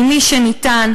ממי שניתן,